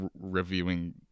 reviewing